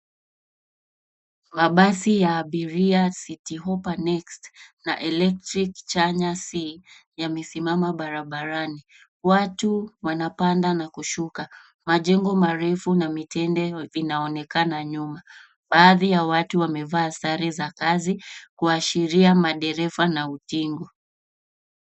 Mabasi ya abiria City Hopper Next na Electric Chanya C yamesimama barabarani. Watu wanapanda na kushuka, majengo marefu na mitende vinaoneka nyuma. baadhi ya watu wamevaa sare za kazi kuashiria maderefa na utingo.